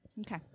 Okay